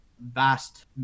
vast